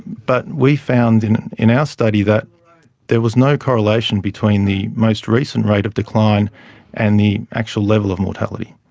but we found in in our study that there was no correlation between the most recent rate of decline and the actual level of mortality.